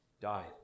died